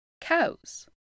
Cows